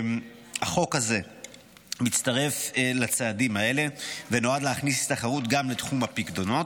החוק הזה מצטרף לצעדים האלה ונועד להכניס תחרות גם לתחום הפיקדונות,